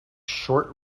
short